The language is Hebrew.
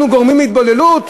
אנחנו גורמים להתבוללות?